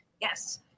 Yes